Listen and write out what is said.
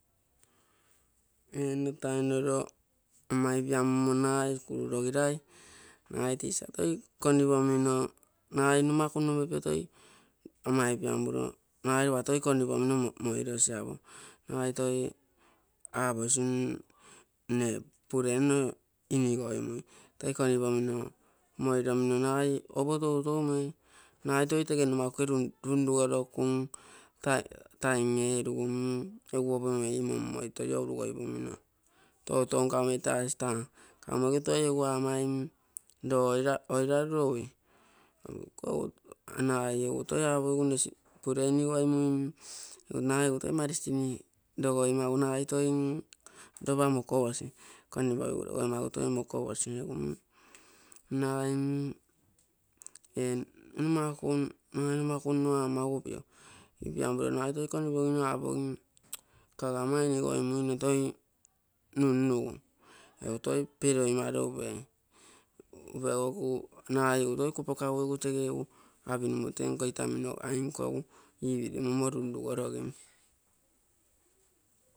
Nne mo tainoro ama ipiamumo nagai skul rogirai nagai tisa toi konipomino nagai nomaku nno mepio toi ama ipiamuro nagai ropa toi konipomino moirosi, nagai toi aposi nne puure nno inigomui toi kompamino moiromino nagai opo toutou mei, nagai toi tege nomaku ge runrugoroku taa taim erugu egu opo mei, mommoi toi ouurugoipomino toutou nkagu mei toi aposi kamo toi egu amai lo ouraruro ui, egu ikou nagai egu toi apogigu nne puure ini-gamui nagai egu toi marasin logoimagu nagai egu toi ropa mokoposi konipogigu rogoimagu toi ropa mokoposi, egu nagai mm ee nomaku nno amagu pio, ipiamuro nagai toi konipogino apogin mu kai ama inigoimui nne toi nunnugu egu toi peroimaro upei, upegu nagai egu toi kupokagu egu tege egu apinomo egu tenko itumino gainko ipirimomo runrugorogim.